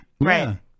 Right